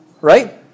right